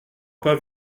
pas